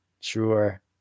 Sure